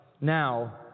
now